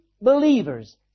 believers